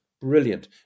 brilliant